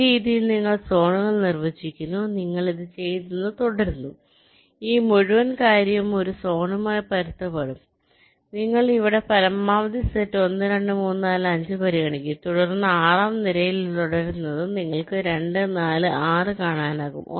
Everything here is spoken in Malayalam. ഈ രീതിയിൽ നിങ്ങൾ സോണുകൾ നിർവചിക്കുന്നു നിങ്ങൾ ഇത് ചെയ്യുന്നത് തുടരുന്നു ഈ മുഴുവൻ കാര്യവും ഒരു സോണുമായി പൊരുത്തപ്പെടും നിങ്ങൾ ഇവിടെ പരമാവധി സെറ്റ് 1 2 3 4 5 പരിഗണിക്കുന്നു തുടർന്ന് ആറാം നിരയിൽ തുടരുന്നത് നിങ്ങൾക്ക് 2 4 6 കാണാനാകും